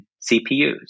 CPUs